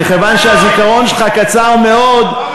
מכיוון שהזיכרון שלך קצר מאוד,